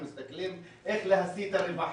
הם מסתכלים איך להשיא את הרווחים,